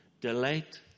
delight